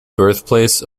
birthplace